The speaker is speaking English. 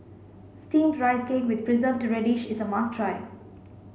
steamed rice cake with preserved radish is a must try